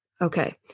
Okay